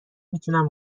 میتونم